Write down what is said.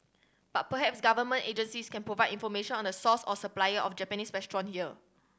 but perhaps Government agencies can provide information on the source or supplier of Japanese restaurant here